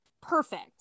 perfect